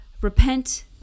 repent